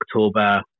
October